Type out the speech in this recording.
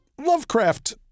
Lovecraft